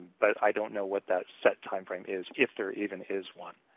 but i don't know what that set timeframe is, if there even is one.